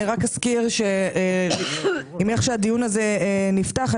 אני רק אזכיר שעם איך שהדיון הזה נפתח,